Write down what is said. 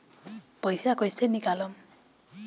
पैसा कैसे निकालम?